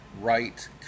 right